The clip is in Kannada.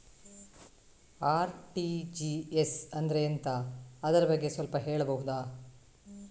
ಆರ್.ಟಿ.ಜಿ.ಎಸ್ ಅಂದ್ರೆ ಎಂತ ಅದರ ಬಗ್ಗೆ ಸ್ವಲ್ಪ ಹೇಳಬಹುದ?